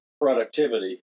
productivity